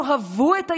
יאהבו את היהדות?